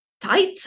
tight